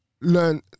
learn